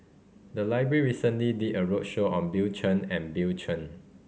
the library recently did a roadshow on Bill Chen and Bill Chen